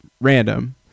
random